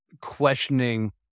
questioning